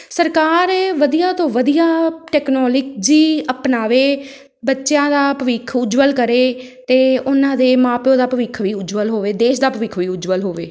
ਸਰਕਾਰ ਇਹ ਵਧੀਆ ਤੋਂ ਵਧੀਆ ਟੈਕਨੋਲੋਜੀ ਅਪਣਾਵੇ ਬੱਚਿਆਂ ਦਾ ਭਵਿੱਖ ਉਜਵਲ ਕਰੇ ਅਤੇ ਉਹਨਾਂ ਦੇ ਮਾਂ ਪਿਉ ਦਾ ਭਵਿੱਖ ਵੀ ਉਜਵਲ ਹੋਵੇ ਦੇਸ਼ ਦਾ ਭਵਿੱਖ ਵੀ ਉਜਵਲ ਹੋਵੇ